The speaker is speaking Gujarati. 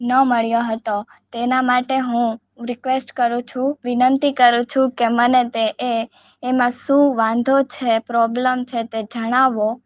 ન મળ્યો હતો તેના માટે હું રિક્વેસ્ટ કરું છું વિનંતી કરું છું કે મને તે એ એમાં શું વાંધો છે પ્રોબલમ છે તે જણાવો